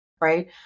right